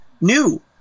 new